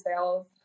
sales